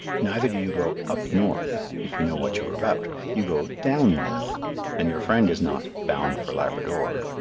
neither do you go up north if you know what you are about. you go down north and your friend is not bound for labrador.